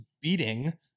beating